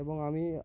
এবং আমি